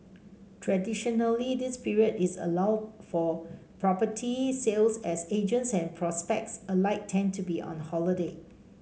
traditionally this period is a lull for property sales as agents and prospects alike tend to be on holiday